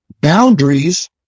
Boundaries